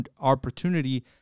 opportunity